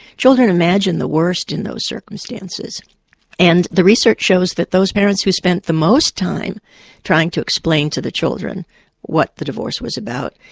children imagine the worst in those circumstances and the research shows that those parents who spent the most time trying to explain to the children what the divorce was about,